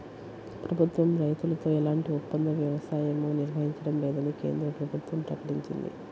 ప్రభుత్వం రైతులతో ఎలాంటి ఒప్పంద వ్యవసాయమూ నిర్వహించడం లేదని కేంద్ర ప్రభుత్వం ప్రకటించింది